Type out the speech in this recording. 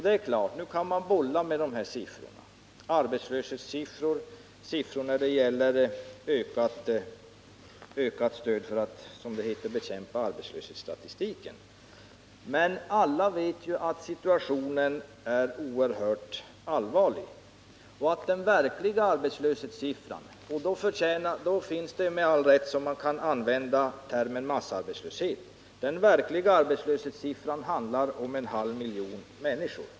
Det är klart att man kan bolla med arbetslöshetssiffror och siffror som gäller ökat stöd för att, som det heter, ”bekämpa arbetslöshetsstatistiken”. Men alla vet att situationen nu är oerhört allvarlig och att den verkliga arbetslöshetssiffran är så stor att man med all rätt kan använda termen massarbetslöshet. Den verkliga arbetslösheten gäller en halv miljon människor.